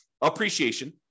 Appreciation